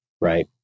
right